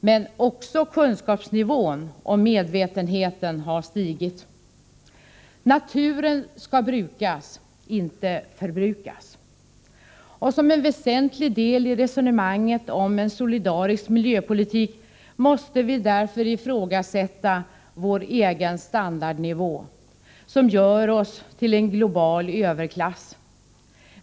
Men också kunskapsnivån och medvetenheten har stigit. Naturen skall brukas, inte förbrukas. Och som en väsentlig del i resonemanget om en solidarisk miljöpolitik måste vi därför ifrågasätta vår egen standardnivå, som gör oss till en global överklass.